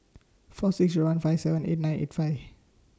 four six Zero one five seven eight nine eight five